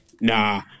Nah